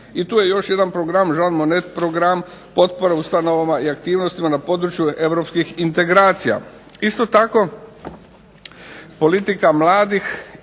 I tu je još jedan program, Jean Monet program potpore ustanovama i aktivnostima na području europskih integracija. Isto tako politika mladih